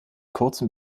kurzen